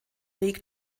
league